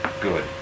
Good